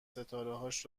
ستارههاش